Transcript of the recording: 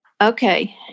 Okay